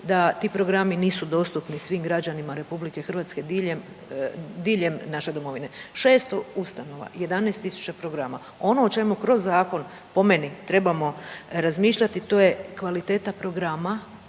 da ti programi nisu dostupni svim građanima RH, diljem, diljem naše domovine, 600 ustanova, 11 tisuća programa. Ono o čemu kroz zakon po meni trebamo razmišljati, to je kvaliteta programa